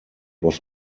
was